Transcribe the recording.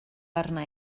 arna